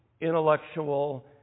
intellectual